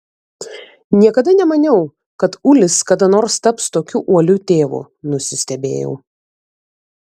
niekada nemaniau kad ulis kada nors taps tokiu uoliu tėvu nusistebėjau